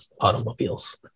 automobiles